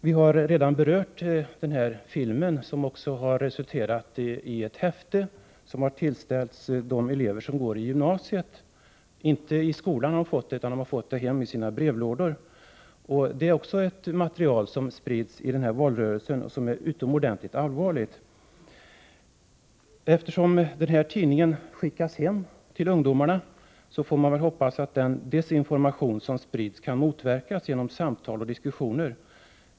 Vi har redan berört den film som har resulterat i ett häfte som har tillställts de elever som går i gymnasiet — de har inte fått det i skolan utan de har fått det hem i sina brevlådor. Det är ett material som sprids under den här valrörelsen, vilket är utomordentligt allvarligt. Eftersom häftet skickas hem till ungdomarna får man hoppas att den desinformation som sprids kan motverkas genom samtal och diskussioner.